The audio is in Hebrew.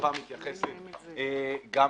והאכיפה מתייחסת לגם